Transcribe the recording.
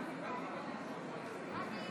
נגד,